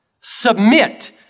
submit